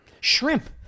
shrimp